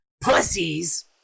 pussies